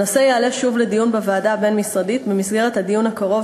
הנושא יעלה שוב בוועדה הבין-משרדית במסגרת הדיון הקרוב